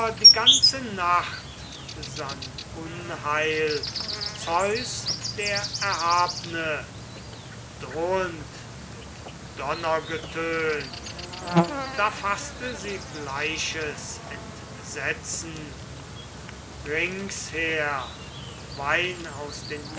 die ganze nacht sann unheil zeus der erhabne drohend mit donnergetön da faßte sie bleiches entsetzen achter gesang den